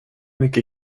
mycket